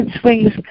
swings